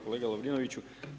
Kolega Lovrinoviću.